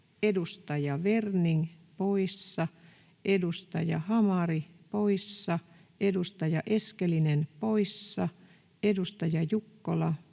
edustaja Werning poissa, edustaja Hamari poissa, edustaja Eskelinen poissa, edustaja Jukkola poissa,